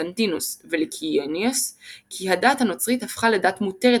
קונסטנטינוס וליקיניוס כי הדת הנוצרית הפכה לדת מותרת